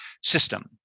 system